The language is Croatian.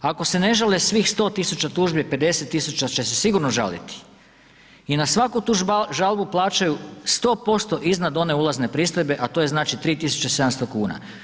Ako se ne žale svih 100.000 tužbi, 50.000 će se sigurno žaliti i na svaku tu žalbu plaćaju 100% iznad one ulazne pristojbe, a to je 3.700 kuna.